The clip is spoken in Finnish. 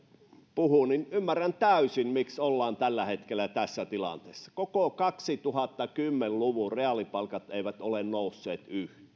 puhun niin ymmärrän täysin miksi ollaan tällä hetkellä tässä tilanteessa koko kaksituhattakymmenen luvun reaalipalkat eivät ole nousseet yhtään